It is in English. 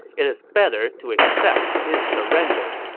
it is better to accept his surrender.